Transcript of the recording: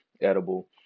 edible